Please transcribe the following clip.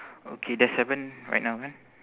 okay there's seven right now kan